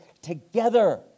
together